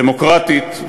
דמוקרטית,